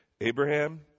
Abraham